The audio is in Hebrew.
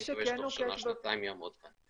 אני מקווה שתוך שנה-שנתיים הוא יעמוד כאן.